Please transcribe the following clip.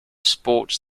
sports